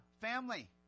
family